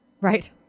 Right